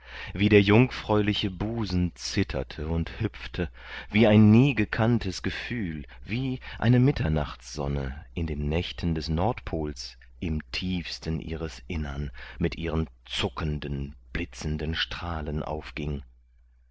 wie der jungfräuliche busen zitterte und hüpfte wie ein nie gekanntes gefühl wie eine mitternachtssonne in den nächten des nordpols im tiefsten ihres innern mit ihren zuckenden blitzenden strahlen aufging